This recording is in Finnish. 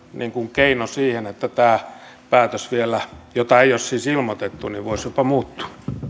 keino siihen että tämä päätös jota ei ole siis ilmoitettu vielä voisi jopa muuttua